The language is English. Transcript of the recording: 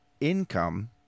income